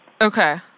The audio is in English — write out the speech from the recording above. Okay